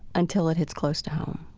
until it hits close to home